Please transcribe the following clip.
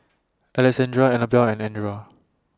Alexandria Anabelle and Edra